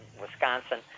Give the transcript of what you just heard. Wisconsin